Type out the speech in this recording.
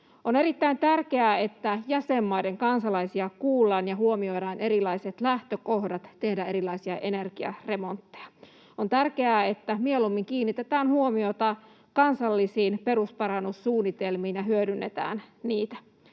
On erittäin tärkeää, että jäsenmaiden kansalaisia kuullaan ja huomioidaan erilaiset lähtökohdat tehdä erilaisia energiaremontteja. On tärkeää, että mieluummin kiinnitetään huomiota kansallisiin perusparannussuunnitelmiin ja hyödynnetään niitä.